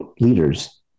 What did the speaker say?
leaders